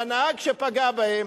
והנהג שפגע בהם,